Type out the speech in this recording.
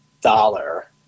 dollar